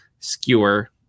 Skewer